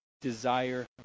desire